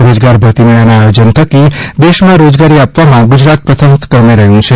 રોજગાર ભરતીમેળાના આયોજન થકી દેશમાં રોજગારી આપવામાં ગુજરાત રાજય પ્રથમ ક્રમે રહ્યુ છે